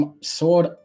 sword